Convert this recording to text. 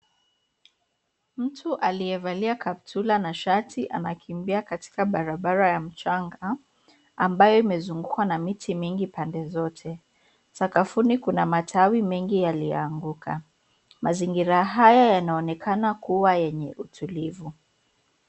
Mtu aliyevalia kaptula na shati anakimbia katika barabara ya mchanga, ambayo imezungukwa na miti mingi pande zote. Sakafuni kuna matawi mengi yaliyoanguka. Mazingira haya yanaonekana kuwa yenye utulivu.